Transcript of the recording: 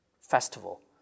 festival